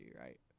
Right